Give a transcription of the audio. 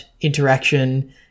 interaction